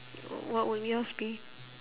what will yours be